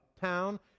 town